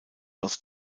aus